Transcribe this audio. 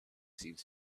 seemed